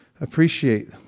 appreciate